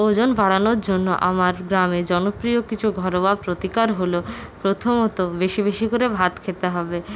ওজন বাড়ানোর জন্য আমার গ্রামে জনপ্রিয় কিছু ঘরোয়া প্রতিকার হল প্রথমত বেশি বেশি করে ভাত খেতে হবে